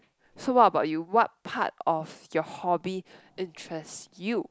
so what about you what part of your hobby interest you